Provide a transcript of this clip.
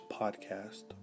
podcast